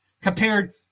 compared